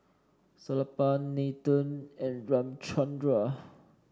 Sellapan Nathan and Ramchundra